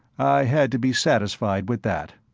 i had to be satisfied with that.